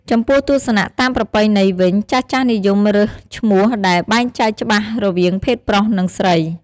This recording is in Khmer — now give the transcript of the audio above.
ចំពោះទស្សនៈតាមប្រពៃណីវិញ ចាស់ៗនិយមរើសឈ្មោះដែលបែងចែកច្បាស់រវាងភេទប្រុស និង ស្រី។